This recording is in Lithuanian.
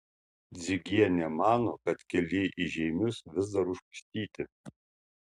dzigienė mano kad keliai į žeimius vis dar užpustyti